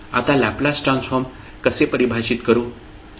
आता Laplace transform कसे परिभाषित करू